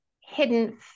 hidden